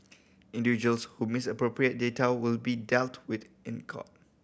individuals who misappropriate data will be dealt with in court